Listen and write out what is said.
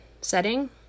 setting